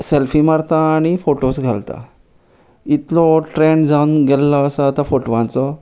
selfie मारता आनी photos घालता इतलो ट्रेंड जावन गेल्लो आसा तो फोटोवांचो